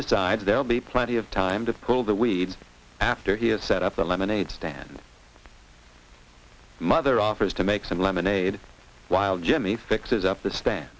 decides there will be plenty of time to pull the weeds after he has set up the lemonade stand mother offers to make some lemonade while jimmy fixes up th